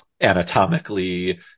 anatomically